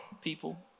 People